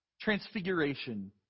Transfiguration